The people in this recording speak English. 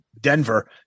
Denver